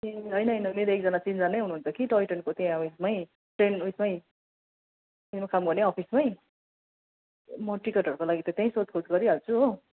ए होइन होइन मेरो एकजना चिनजान नै हुनुहुन्छ कि टोयट्रेनको त्यहाँ उएसमै ट्रेन उएसमै मेरो काम गर्ने अफिसमै म टिकटहरूको लागि त त्यहीँ सोधखोज गरिहाल्छु हो